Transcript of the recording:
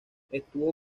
estuvo